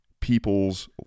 people's